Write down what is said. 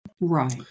Right